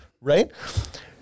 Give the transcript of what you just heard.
Right